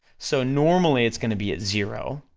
so normally it's gonna be at zero,